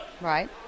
right